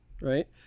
right